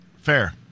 Fair